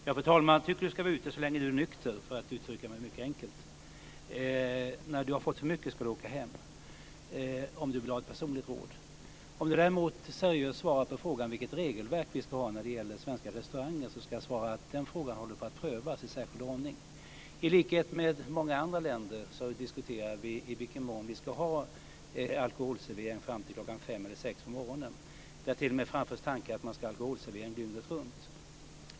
Fru talman! Jag tycker att du ska vara ute så länge du är nykter, för att uttrycka mig mycket enkelt. När du har fått för mycket ska du åka hem, om du vill ha ett personligt råd. Om Anna Kinberg däremot seriöst ställer frågan vilket regelverk vi ska ha när det gäller svenska restauranger ska jag svara att den frågan håller på att prövas i särskild ordning. I likhet med många andra länder diskuterar vi i vilken mån vi ska ha alkoholservering fram till kl. 5 eller 6 på morgonen. Det har t.o.m. framförts tankar om att man ska ha alkoholservering dygnet runt.